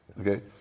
okay